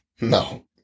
No